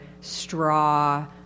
straw